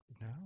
No